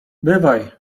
bywaj